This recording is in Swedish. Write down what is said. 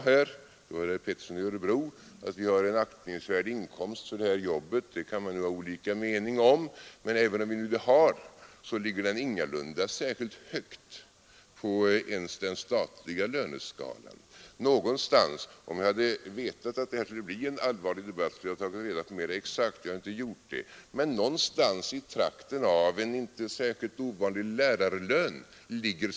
Herr Pettersson i Örebro sade att vi har en aktningsvärd inkomst för detta jobb. Det kan man ha olika meningar om, men den ligger ingalunda särskilt högt ens på den statliga löneskalan. Om jag hade vetat att detta skulle bli en allvarlig debatt, skulle jag ha skaffat mig mera exakta uppgifter, men jag tror att svängningspunkten ligger i trakten av en inte särskilt ovanlig lärarlön.